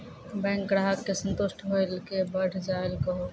Bank ग्राहक के संतुष्ट होयिल के बढ़ जायल कहो?